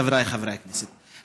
חבריי חברי הכנסת,